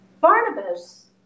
Barnabas